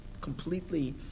completely